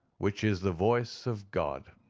which is the voice of god.